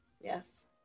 Yes